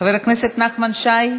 חבר הכנסת נחמן שי,